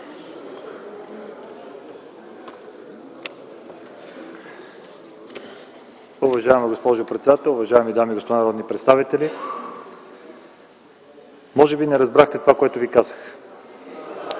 Уважаема госпожо председател, уважаеми дами и господа народни представители! Може би не разбрахте това, което ви казах.